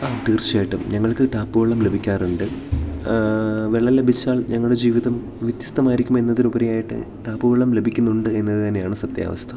ആ തീർച്ചയായിട്ടും ഞങ്ങൾക്ക് ടാപ്പ് വെള്ളം ലഭിക്കാറുണ്ട് വെള്ളം ലഭിച്ചാൽ ഞങ്ങളുടെ ജീവിതം വ്യത്യസ്തമായിരിക്കും എന്നതിലുപരിയായിട്ട് ടാപ്പ് വെള്ളം ലഭിയ്കുന്നുണ്ട് എന്നത് തന്നെയാണ് സത്യാവസ്ഥ